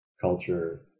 culture